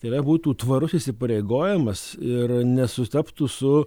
tai yra būtų tvarus įsipareigojimas ir nesutaptų su